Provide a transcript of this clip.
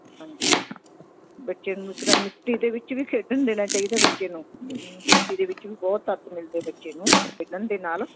ਹਾਂਜੀ ਬੱਚੇ ਨੂੰ ਇੱਕ ਤਾਂ ਮਿੱਟੀ ਦੇ ਵਿੱਚ ਵੀ ਖੇਡਣ ਦੇਣਾ ਚਾਹੀਦਾ ਬੱਚੇ ਨੂੰ ਮਿੱਟੀ ਦੇ ਵਿੱਚ ਵੀ ਬਹੁਤ ਤੱਤ ਮਿਲਦੇ ਬੱਚੇ ਨੂੰ ਖੇਡਣ ਦੇ ਨਾਲ